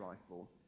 rifle